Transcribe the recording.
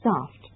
soft